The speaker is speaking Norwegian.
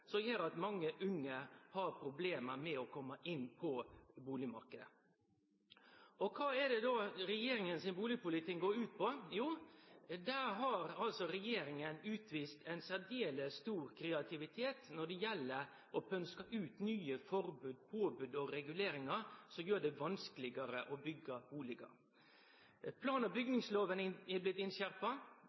som gjer at mange unge har problem med å komme inn på bustadmarknaden. Kva er det då regjeringas bustadpolitikk går ut på? Der har regjeringa utvist særs stor kreativitet når det gjeld å pønske ut nye forbod, påbod og reguleringar, som gjer det vanskelegare og byggje bustader. Plan- og byggingslova er blitt